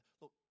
look